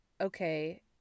okay